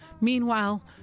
Meanwhile